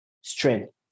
strength